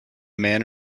man